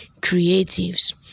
creatives